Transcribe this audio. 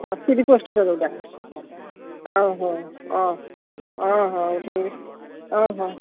ଅ ସ୍ପିଡ଼୍ ପୋଷ୍ଟ୍ଟା ଯେଉଁଟା ଅ ହ ଅ ହ ଅହ